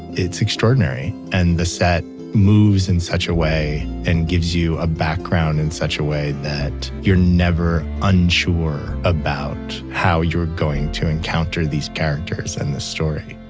it's extraordinary and the set moves in such a way and gives you a background in such a way that you're never unsure about how you're going to encounter these characters and the story